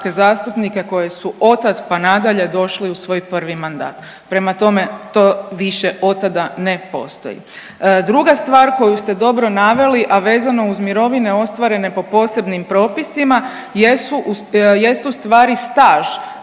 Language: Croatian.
koje su otad pa nadalje došli u svoj prvi mandat. Prema tome, to više od tada ne postoji. Druga stvar koju ste dobro naveli, a vezano uz mirovine ostvarene po posebnim propisima jest ustvari staž